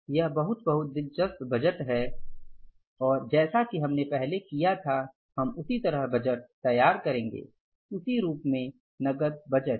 यह बहुत बहुत दिलचस्प बजटहै और जैसा कि हमने पहले किया था हम उसी तरह बजट तैयार करेंगे उसी रूप में नकद बजट